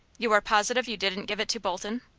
you are positive you didn't give it to bolton?